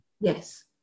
Yes